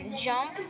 jump